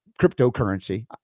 cryptocurrency